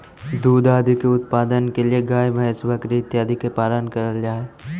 दुग्ध आदि के उत्पादन के लिए गाय भैंस बकरी इत्यादि का पालन करल जा हई